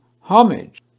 homage